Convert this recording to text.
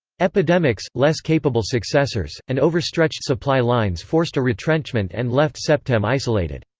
epidemics, less capable successors, and overstretched supply lines forced a retrenchment and left septem isolated.